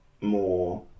more